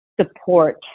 support